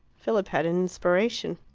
philip had an inspiration.